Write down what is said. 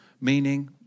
meaning